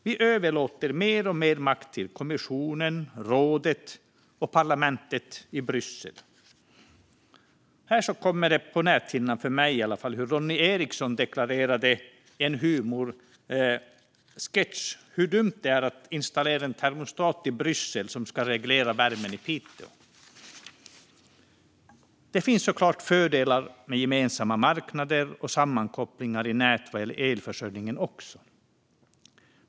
Vi överlåter mer och mer makt till kommissionen, rådet och parlamentet i Bryssel. Här kommer det på näthinnan i varje fall för mig hur Ronny Eriksson deklarerade i en humorsketch hur dumt det är att installera en termostat till Bryssel som ska reglera värmen i Piteå. Det finns såklart också fördelar med gemensamma marknader och sammankopplingar i nät vad gäller elförsörjningen.